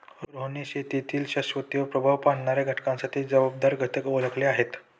रोहनने शेतीतील शाश्वततेवर प्रभाव पाडणाऱ्या घटकांसाठी जबाबदार घटक ओळखले आहेत